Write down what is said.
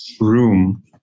room